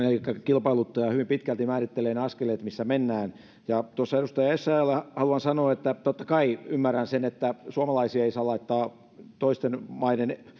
kilpailuttaja hyvin pitkälti määrittelee ne askeleet missä mennään edustaja essayahlle haluan sanoa että totta kai ymmärrän sen että suomalaisia ei saa laittaa toisten maiden